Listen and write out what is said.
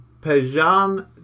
Pajan